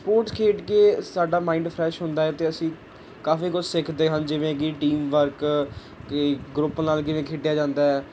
sports ਖੇਡ ਕੇ ਸਾਡਾ ਮਾਈਂਡ ਫਰੈਸ਼ ਹੁੰਦਾ ਹੈ ਅਤੇ ਅਸੀਂ ਕਾਫ਼ੀ ਕੁਛ ਸਿੱਖਦੇ ਹਨ ਜਿਵੇਂ ਕਿ ਟੀਮ ਵਰਕ ਅਤੇ ਗਰੁੱਪ ਨਾਲ ਕਿਵੇਂ ਖੇਡਿਆ ਜਾਂਦਾ ਹੈ